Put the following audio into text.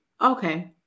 Okay